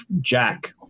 Jack